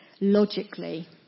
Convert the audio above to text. logically